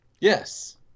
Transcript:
Yes